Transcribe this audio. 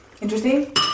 Interesting